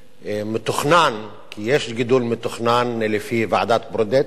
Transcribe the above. המתוכנן, כי יש גידול מתוכנן לפי ועדת-ברודט,